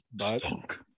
Stunk